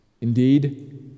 Indeed